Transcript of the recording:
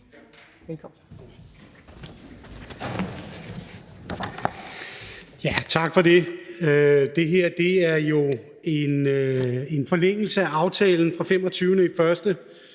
Tak for det. Det her er jo en forlængelse af aftalen fra den 25.